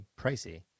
pricey